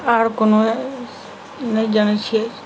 आओर कोनो नहि जनै छियै